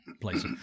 places